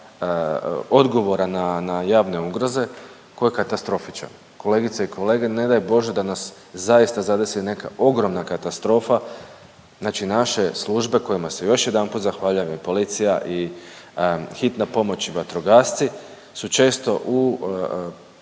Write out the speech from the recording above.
odgovora na javne ugroze koji je katastrofičan. Kolegice i kolege ne daj Bože da nas zaista zadesi neka ogromna katastrofa znači naše službe kojima se još jedanput zahvaljujem i policija i hitna pomoć i vatrogasci su često u